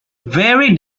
very